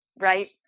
right